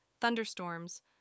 thunderstorms